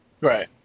Right